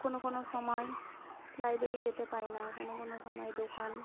কোনো কোনো সময় লাইব্ৰেরি যেতে পারি না কোনো কোনো সময় দোকান